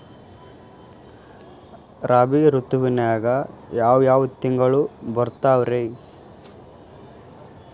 ರಾಬಿ ಋತುವಿನಾಗ ಯಾವ್ ಯಾವ್ ತಿಂಗಳು ಬರ್ತಾವ್ ರೇ?